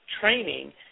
training